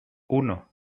uno